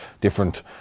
different